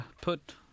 put